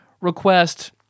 request